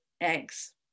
eggs